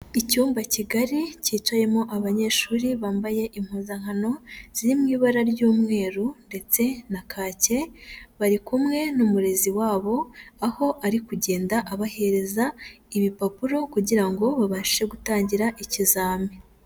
Icyumba kigali kicayemo abanyeshuri bambaye impuzankano, ziri mu ibara ry'umweru ndetse na kake, bari kumwe n'umurezi wabo, aho ari kugenda abahereza ibipapuro, kugira ngo babashe gutangira ikizami.